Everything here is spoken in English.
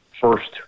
first